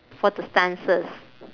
for the stances